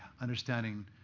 understanding